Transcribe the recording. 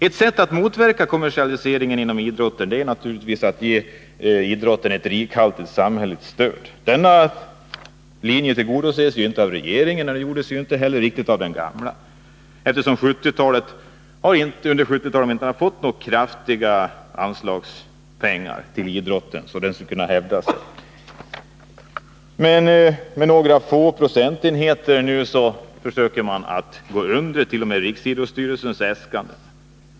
Ett sätt att motverka kommersialiseringen inom idrotten är naturligtvis att ge idrotten ett rikligt samhälleligt stöd. Denna linje tillgodoses inte av regeringen. Den tillgodosågs inte heller av tidigare regeringar, eftersom idrotten under 1970-talet inte fått några kraftigare anslag, så att den skulle kunna hävda sig. Nu försöker man att med några få procentenheter gå under t.o.m. riksidrottsstyrelsens äskanden.